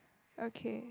okay